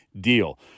deal